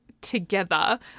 together